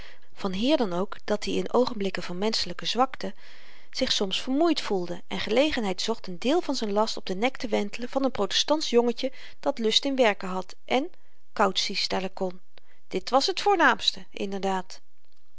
vanhier dan ook dat-i in oogenblikken van menschelyke zwakheid zich soms vermoeid voelde en gelegenheid zocht n deel van z'n last op den nek te wentelen van n protestantsch jongetje dat lust in werken had en cautie stellen kon dit was t voornaamste inderdaad